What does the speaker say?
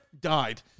died